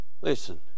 Listen